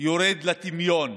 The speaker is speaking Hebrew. יורד לטמיון.